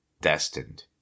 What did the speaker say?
destined